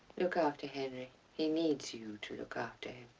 look after henry. he needs you to look after him.